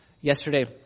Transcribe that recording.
yesterday